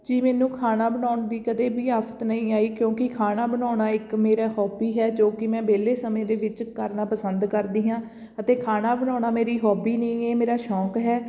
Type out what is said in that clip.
ਜੀ ਮੈਨੂੰ ਖਾਣਾ ਬਣਾਉਣ ਦੀ ਕਦੇ ਵੀ ਆਫ਼ਤ ਨਹੀਂ ਆਈ ਕਿਉਂਕੀ ਖਾਣਾ ਬਣਾਉਣਾ ਇੱਕ ਮੇਰਾ ਹੋਬੀ ਹੈ ਜੋ ਕਿ ਮੈਂ ਵਿਹਲੇ ਸਮੇਂ ਦੇ ਵਿੱਚ ਕਰਨਾ ਪਸੰਦ ਕਰਦੀ ਹਾਂ ਅਤੇ ਖਾਣਾ ਬਣਾਉਣਾ ਮੇਰੀ ਹੋਬੀ ਨਹੀਂ ਇਹ ਮੇਰਾ ਸ਼ੌਂਕ ਹੈ